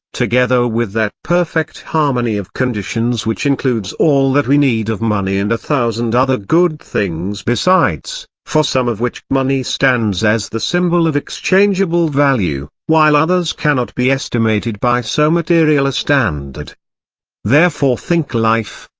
together with that perfect harmony of conditions which includes all that we need of money and a thousand other good things besides, for some of which money stands as the symbol of exchangeable value, while others cannot be estimated by so material a standard therefore think life,